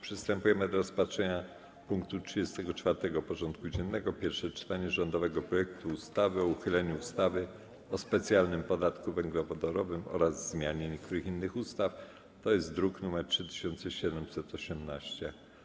Przystępujemy do rozpatrzenia punktu 34. porządku dziennego: Pierwsze czytanie rządowego projektu ustawy o uchyleniu ustawy o specjalnym podatku węglowodorowym oraz o zmianie niektórych innych ustaw (druk nr 3718)